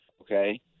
okay